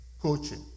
coaching